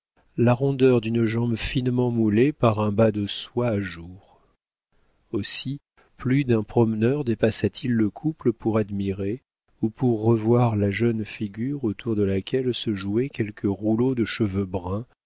la rondeur d'une jambe finement moulée par un bas de soie à jour aussi plus d'un promeneur dépassa t il le couple pour admirer ou pour revoir la jeune figure autour de laquelle se jouaient quelques rouleaux de cheveux bruns